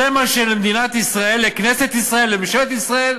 זה מה שלמדינת ישראל, לכנסת ישראל, לממשלת ישראל,